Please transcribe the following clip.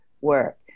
work